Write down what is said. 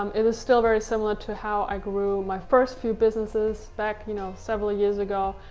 um it is still very similar to how i grew my first few businesses, back you know, several years ago.